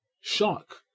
shock